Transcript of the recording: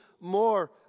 more